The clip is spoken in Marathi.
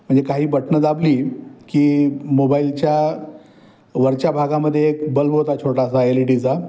म्हणजे काही बटनं दाबली की मोबाईलच्या वरच्या भागामध्ये एक बल्ब होता छोटासा एल ई डीचा